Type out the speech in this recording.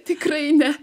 tikrai ne